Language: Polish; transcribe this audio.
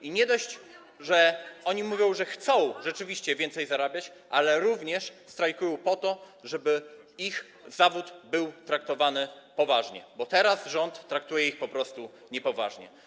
Oni nie tylko mówią, że rzeczywiście chcą więcej zarabiać, ale również strajkują po to, żeby ich zawód był traktowany poważnie, bo teraz rząd traktuje ich po prostu niepoważnie.